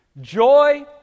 Joy